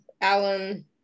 Alan